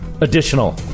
additional